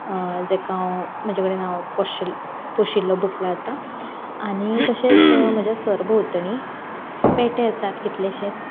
जेका हांव म्हजे कडेन हांव पोशि पोशिल्लो बुकलो आसा आनी तशेंच म्हजे सरभोवतणीं पेटें आसात कितलेशेंच